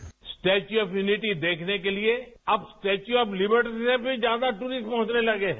bite Statue of Unity देखने के लिए अब स्टेच्यू ऑफ लिबर्टी से भी ज्यादा टूरिस्ट पहुंचने लगे हैं